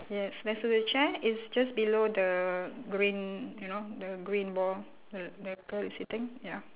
yes next to the chair it's just below the green you know the green ball the the girl is sitting ya